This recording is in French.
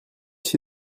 ici